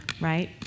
Right